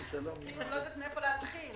לא יודעת מאיפה להתחיל.